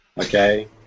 okay